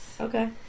Okay